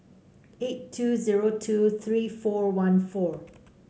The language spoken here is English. eight two zero two three four one four